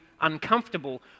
uncomfortable